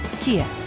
Kia